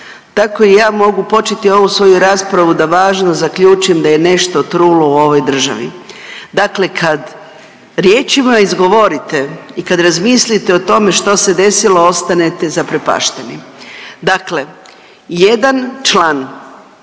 Tako i ja mogu početi ovu svoju raspravu da važno zaključim da je nešto trulo u ovoj državi. Dakle, kad riječima izgovorite i kad razmislite o tome što se desilo ostanete zaprepašteni. Dakle, jedna član